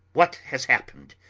what has happened?